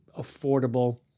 affordable